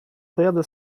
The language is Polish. pojadę